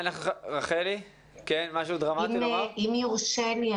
אם יורשה לי,